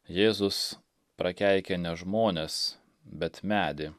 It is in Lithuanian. jėzus prakeikė ne žmones bet medį